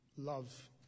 love